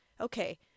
Okay